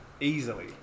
Easily